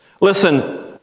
Listen